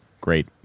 great